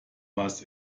was